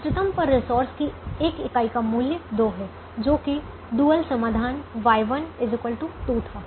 इष्टतम पर रिसोर्स की एक इकाई का मूल्य 2 है जो कि डुअल समाधान Y1 2 था